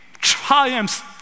triumphs